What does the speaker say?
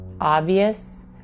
obvious